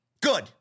Good